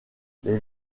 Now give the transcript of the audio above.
les